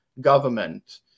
government